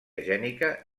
gènica